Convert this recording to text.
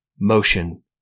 Motion